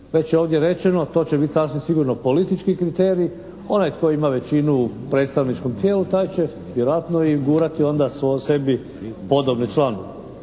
Već je ovdje rečeno to će biti sasvim sigurno politički kriterij. Onaj tko ima većinu predstavničkom tijelu taj će vjerojatno i gurati onda sebi podobne članove.